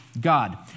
God